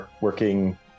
working